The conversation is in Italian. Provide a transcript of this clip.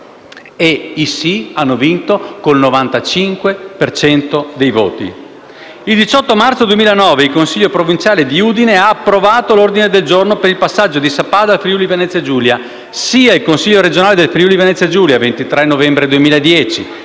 e i sì hanno vinto con il 95 per cento dei voti. Il 18 marzo 2009 il Consiglio provinciale di Udine ha approvato l'ordine del giorno per il passaggio di Sappada alla Regione Friuli-Venezia Giulia. Sia il Consiglio regionale del Friuli-Venezia Giulia, il 23 novembre 2010,